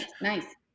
Nice